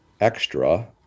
extra